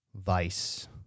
Vice